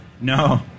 No